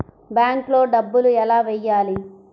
బ్యాంక్లో డబ్బులు ఎలా వెయ్యాలి?